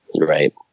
Right